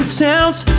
towns